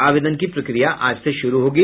आवेदन की प्रक्रिया आज से शुरू होगी